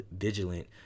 vigilant